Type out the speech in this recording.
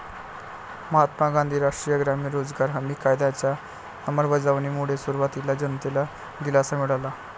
महात्मा गांधी राष्ट्रीय ग्रामीण रोजगार हमी कायद्याच्या अंमलबजावणीमुळे सुरुवातीला जनतेला दिलासा मिळाला